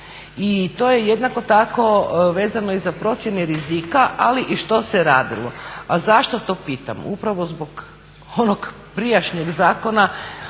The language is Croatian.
i to je jednako tako vezano i za procjene rizika, ali i što se radilo? A zašto to pitam? Upravo zbog onog prijašnjeg Zakona